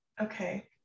okay